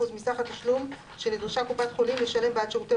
מסך התשלום שנדרשה קופת חולים לשלם בעד שירותי